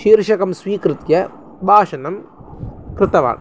शीर्षकं स्वीकृत्य भाषणं कृतवान्